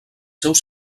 seus